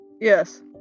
Yes